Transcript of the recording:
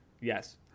yes